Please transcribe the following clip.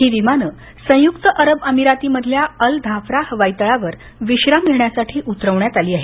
ती संयुक्त अरब अमिरांतींमधल्या अल धाफ्रा हवाई तळावर विश्राम घेण्यासाठी उतरवण्यात आली आहेत